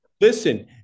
Listen